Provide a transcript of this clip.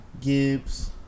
Gibbs